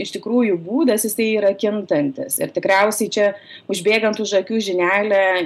iš tikrųjų būdas jisai yra kintantis ir tikriausiai čia užbėgant už akių žinelė